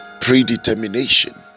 predetermination